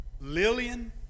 Lillian